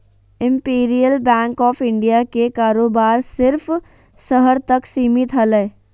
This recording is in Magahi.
इंपिरियल बैंक ऑफ़ इंडिया के कारोबार सिर्फ़ शहर तक सीमित हलय